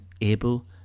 able